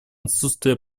отсутствия